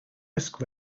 risk